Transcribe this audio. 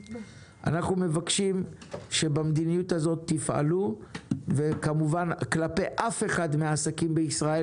אנחנו מבקשים שבמדיניות הזאת תפעלו וכמובן כלפי אף אחד מהעסקים בישראל,